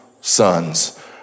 sons